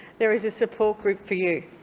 there is a support group for you.